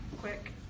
Quick